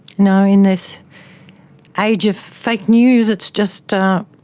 know, in this age of fake news, it's just, ah